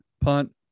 punt